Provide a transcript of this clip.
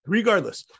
regardless